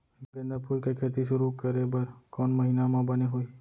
गेंदा फूल के खेती शुरू करे बर कौन महीना मा बने होही?